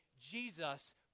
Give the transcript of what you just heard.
Jesus